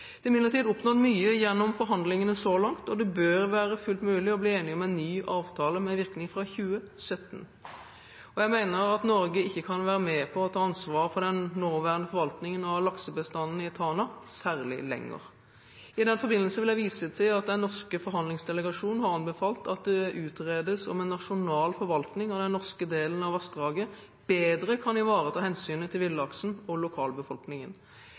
Det er imidlertid oppnådd mye gjennom forhandlingene så langt, og det bør være fullt mulig å bli enig om en ny avtale med virkning fra 2017. Jeg mener at Norge ikke kan være med på å ta ansvar for den nåværende forvaltningen av laksebestandene i Tana særlig lenger. I den forbindelse vil jeg vise til at den norske forhandlingsdelegasjonen har anbefalt at det utredes om en nasjonal forvaltning av den norske delen av vassdraget bedre kan ivareta hensynet til villaksen og lokalbefolkningen.